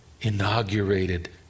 inaugurated